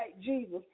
Jesus